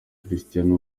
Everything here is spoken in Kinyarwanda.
cristiano